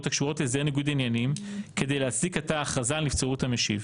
הקשורות להסדר ניגוד עניינים כדי להצדיק את ההכרזה על נבצרות המשיב".